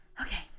Okay